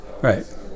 right